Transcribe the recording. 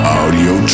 audio